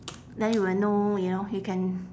then you will know you know you can